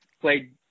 played